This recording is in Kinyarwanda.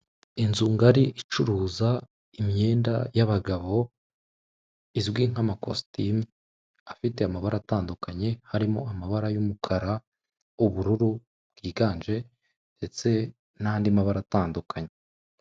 Inzu ngari icuruza imyenda y'abagabo izwi nk'amakostime afite amabara atandukanye, harimo amabara y'umukara, ubururu, yiganje ndetse n'andi mabara atandukanye.